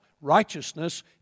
Righteousness